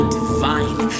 divine